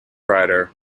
writer